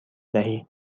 دهی